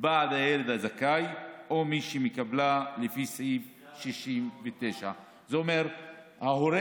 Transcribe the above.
בעד הילד הזכאי או מי שמקבלה לפי סעיף 69. זה אומר שההורה